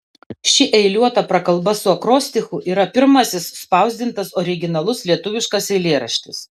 ši eiliuota prakalba su akrostichu yra ir pirmasis spausdintas originalus lietuviškas eilėraštis